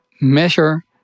measure